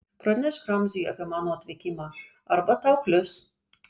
pranešk ramziui apie mano atvykimą arba tau klius